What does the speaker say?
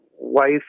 wife